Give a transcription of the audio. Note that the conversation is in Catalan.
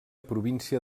província